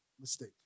mistake